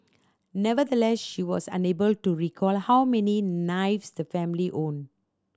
nevertheless she was unable to recall how many knives the family owned